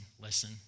listen